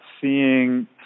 seeing